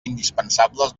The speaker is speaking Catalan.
indispensables